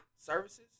Services